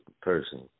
person